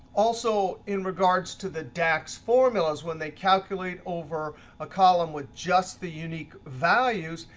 also in regards to the dax formulas, when they calculate over a column with just the unique values,